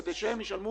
כדי שהם ישלמו